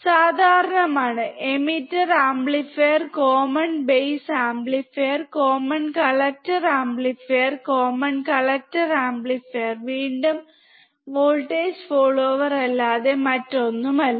സാധാരണമാണ് emitter amplifier common base amplifier common collector amplifier common collector amplifier വീണ്ടും voltage follower അല്ലാതെ മറ്റൊന്നുമല്ല